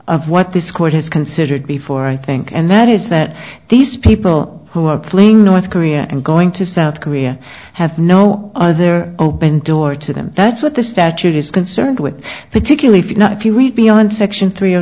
of what this court has considered before i think and that is that these people who are playing north korea and going to south korea have no other open door to them that's what the statute is concerned with particularly if you read beyond section three